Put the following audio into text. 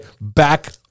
back